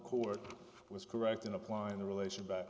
court was correct in applying the relation